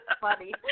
funny